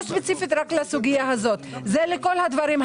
ספציפי רק לסוגיה הזאת אלא לכל הדברים.